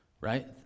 right